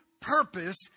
purpose